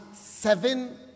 seven